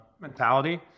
mentality